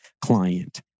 Client